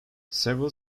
several